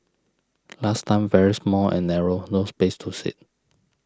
last time very small and narrow no space to sit